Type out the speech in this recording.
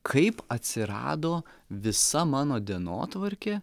kaip atsirado visa mano dienotvarkė